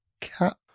Cap